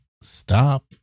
stop